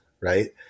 Right